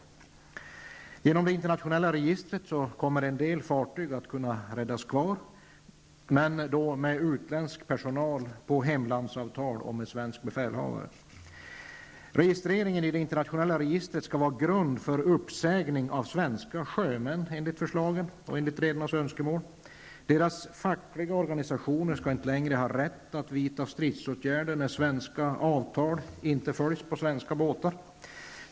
Med hjälp av det internationella registret kommer en del fartyg att kunna räddas kvar, men med utländsk personal på hemlandsavtal och med svensk befälhavare. Registrering i det internationella registret skall vara grund för uppsägning av svenska sjömän, enligt redarnas önskemål. Sjömännens fackliga organisationer skall inte längre ha rätt att vidta stridsåtgärder när svenska avtal inte följs på svenska båtar.